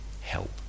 help